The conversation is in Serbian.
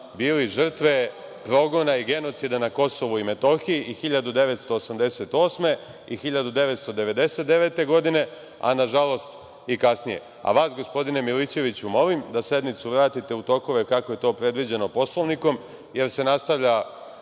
bili žrtve progona i genocida na Kosovu i Metohiji i 1988. i 1999. godine, a na žalost i kasnije. Vas, gospodine Milićeviću, molim da sednicu vratite u tokove kako je to predviđeno Poslovnikom, jer se nastavlja